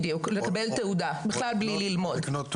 בכלל בלי ללמוד.